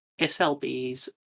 SLBs